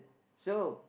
so